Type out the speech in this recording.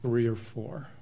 three or four